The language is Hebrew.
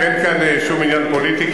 אין כאן שום עניין פוליטי,